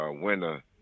winner